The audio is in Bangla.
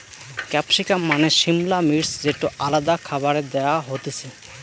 ক্যাপসিকাম মানে সিমলা মির্চ যেটো আলাদা খাবারে দেয়া হতিছে